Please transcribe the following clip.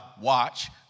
watch